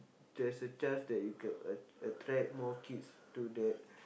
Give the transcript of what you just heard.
there's a chance that you can a~ attract more kids to that